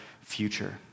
future